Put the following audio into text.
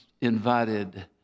invited